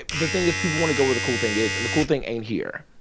the thing is people want to go where the cool thing is, and the cool thing ain't here,